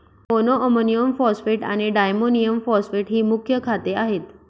monoammonium phosphate आणि diammonium phosphate ही मुख्य खते आहेत